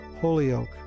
Holyoke